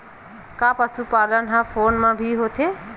का पशुपालन ह फोन म भी होथे?